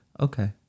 okay